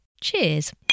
Cheers